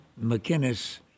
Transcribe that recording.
McInnes